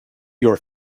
your